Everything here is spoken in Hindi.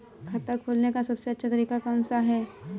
खाता खोलने का सबसे अच्छा तरीका कौन सा है?